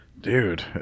Dude